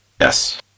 yes